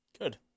Good